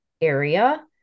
area